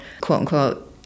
quote-unquote